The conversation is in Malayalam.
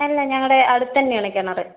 അല്ല ഞങ്ങളുടെ അടുത്തുതന്നെ ആണ് കിണർ